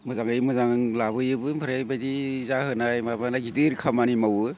मोजाङै मोजां लाबोयोबो ओमफ्राय बिबादि जाहोनाय माबाय गिदिर खामानि मावो